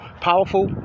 powerful